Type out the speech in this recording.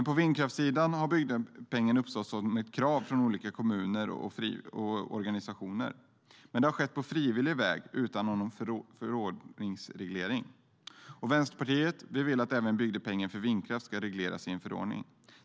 På vindkraftssidan har en bygdepeng uppstått som ett krav från olika kommuner och organisationer, men det har skett på frivillig väg utan förordningsreglering. Vänsterpartiet vill att även bygdepengen för vindkraft regleras i en förordning.